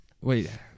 Wait